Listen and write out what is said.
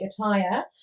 attire